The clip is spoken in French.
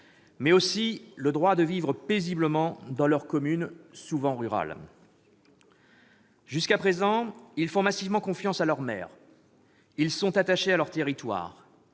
aussi le droit de vivre paisiblement dans leurs communes, souvent rurales. Jusqu'à présent, ils font massivement confiance à leurs maires, ils sont attachés à leur territoire,